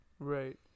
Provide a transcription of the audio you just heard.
right